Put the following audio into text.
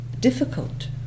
difficult